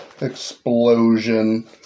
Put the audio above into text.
explosion